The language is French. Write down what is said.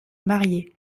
marier